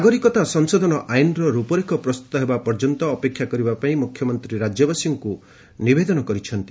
ନାଗରିକତା ସଂଶୋଧନ ଆଇନ୍ର ରୂପରେଖ ପ୍ରସ୍ତୁତ ହେବା ପର୍ଯ୍ୟନ୍ତ ଅପେକ୍ଷା କରିବା ପାଇଁ ମୁଖ୍ୟମନ୍ତ୍ରୀ ରାଜ୍ୟବାସୀଙ୍କୁ ନିବେଦନ କରିଛନ୍ତି